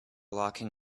locking